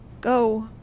go